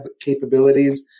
capabilities